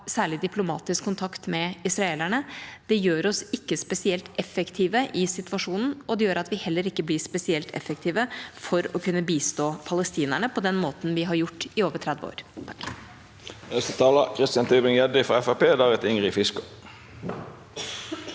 særlig diplomatisk kontakt med israelerne. Det gjør oss ikke spesielt effektive i situasjonen, og det gjør at vi heller ikke blir spesielt effektive for å kunne bistå palestinerne på den måten vi har gjort i over 30 år.